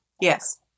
Yes